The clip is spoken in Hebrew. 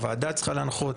אם הוועדה צריכה להנחות,